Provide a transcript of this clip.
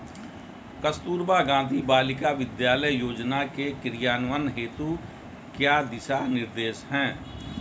कस्तूरबा गांधी बालिका विद्यालय योजना के क्रियान्वयन हेतु क्या दिशा निर्देश हैं?